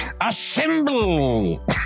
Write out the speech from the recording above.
assemble